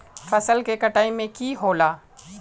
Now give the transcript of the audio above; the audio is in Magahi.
फसल के कटाई में की होला?